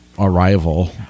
arrival